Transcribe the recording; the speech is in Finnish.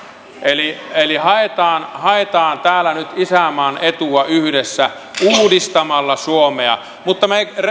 eli eli haetaan haetaan täällä nyt isänmaan etua yhdessä uudistamalla suomea mutta me